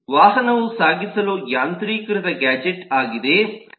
ವಾಹನವು ಸಾಗಿಸಲು ಯಾಂತ್ರಿಕೃತ ಗ್ಯಾಜೆಟ್ ಆಗಿದೆ